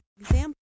example